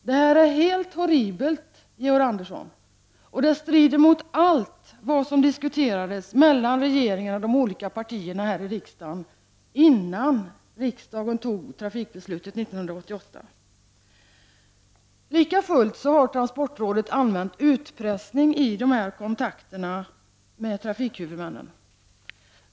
Det här är horribelt, Georg Andersson, och det strider mot allt vad som diskuterades mellan regeringen och de olika partierna här i riksdagen innan riksdagen tog trafikbeslutet 1988. Lika fullt har transportrådet använt utpressning i kontakterna med trafikhuvudmännen.